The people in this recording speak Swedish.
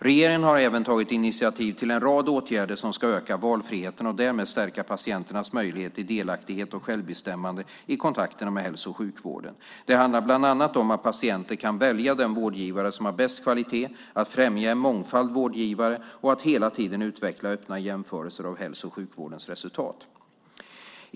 Regeringen har även tagit initiativ till en rad åtgärder som ska öka valfriheten och därmed stärka patienternas möjlighet till delaktighet och självbestämmande i kontakterna med hälso och sjukvården. Det handlar bland annat om att patienter kan välja den vårdgivare som har bäst kvalitet, om att främja en mångfald av vårdgivare och om att hela tiden utveckla öppna jämförelser av hälso och sjukvårdens resultat.